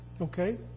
okay